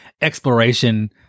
exploration